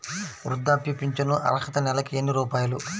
వృద్ధాప్య ఫింఛను అర్హత నెలకి ఎన్ని రూపాయలు?